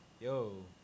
yo